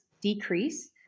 decrease